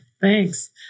Thanks